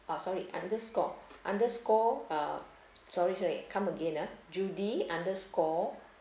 ah sorry underscore underscore uh sorry sorry come again ah judy underscore